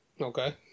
Okay